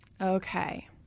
Okay